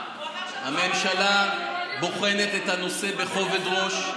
הממשלה בוחנת את הנושא בכובד ראש,